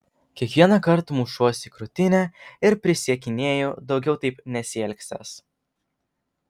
kiekvienąkart mušuos į krūtinę ir prisiekinėju daugiau taip nesielgsiąs